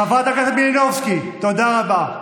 חברת הכנסת מלינובסקי, תודה רבה.